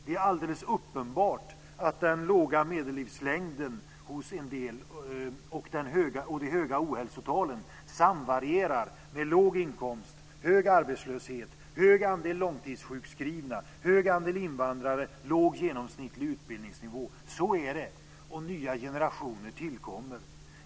Det är alldeles uppenbart att den låga medellivslängden hos en del och de höga ohälsotalen samvarierar med låg inkomst, hög arbetslöshet, hög andel långtidssjukskrivna, hög andel invandrare och låg genomsnittlig utbildningsnivå. Så är det, och nya generationer tillkommer.